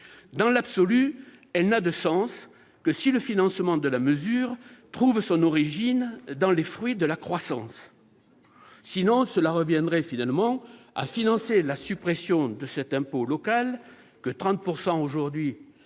dans l'absolu, elle n'a de sens que si le financement de la mesure trouve son origine dans les fruits de la croissance. Sinon, cela reviendrait finalement à financer la suppression de cet impôt local, que 30 % des